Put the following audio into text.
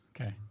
Okay